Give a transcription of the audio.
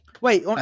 Wait